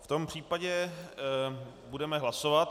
V tom případě budeme hlasovat.